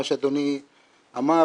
מה שאדוני אמר,